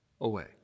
away